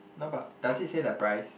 no but does it say the price